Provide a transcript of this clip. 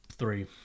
Three